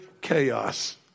chaos